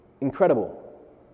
incredible